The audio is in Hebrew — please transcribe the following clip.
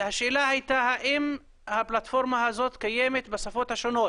האם הפלטפורמה הזאת קיימת בשפות השונות